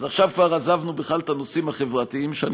אז עכשיו כבר עזבנו בכלל את הנושאים החברתיים שאני